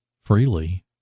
freely